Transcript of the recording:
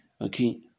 okay